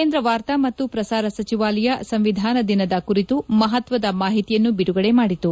ಕೇಂದ್ರ ವಾರ್ತಾ ಮತ್ತು ಪ್ರಸಾರ ಸಚಿವಾಲಯ ಸಂವಿಧಾನ ದಿನದ ಕುರಿತು ಮಹತ್ವದ ಮಾಹಿತಿಯನ್ನು ಬಿಡುಗಡೆ ಮಾಡಿತು